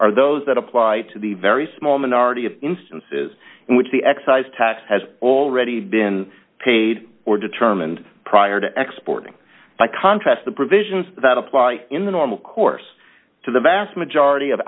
are those that apply to the very small minority of instances in which the excise tax has already been paid or determined prior to export and by contrast the provisions that apply in the normal course to the vast majority of